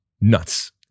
nuts